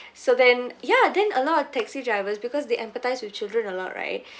so then ya then a lot of taxi drivers because they empathize with children a lot right